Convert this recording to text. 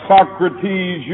Socrates